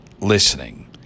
listening